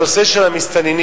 הנושא של המסתננים.